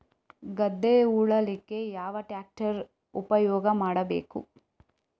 ಗದ್ದೆ ಉಳಲಿಕ್ಕೆ ಯಾವ ಟ್ರ್ಯಾಕ್ಟರ್ ಉಪಯೋಗ ಮಾಡಬೇಕು?